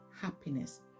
happiness